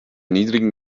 niedrigen